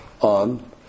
on